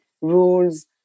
rules